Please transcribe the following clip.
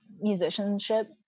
musicianship